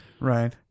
right